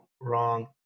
wrong